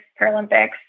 Paralympics